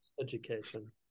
education